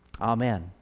Amen